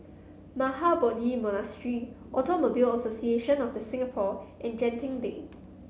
Mahabodhi Monastery Automobile Association of The Singapore and Genting Lane